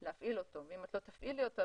אותו ואם את לא תפעילי אותו,